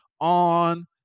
on